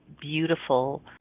beautiful